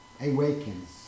awakens